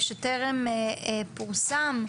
שטרם פורסם,